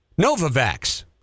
Novavax